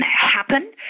happen